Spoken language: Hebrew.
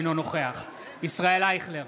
אינו נוכח ישראל אייכלר,